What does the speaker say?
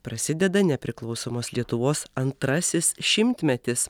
prasideda nepriklausomos lietuvos antrasis šimtmetis